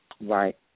Right